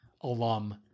alum